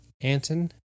Anton